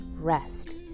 rest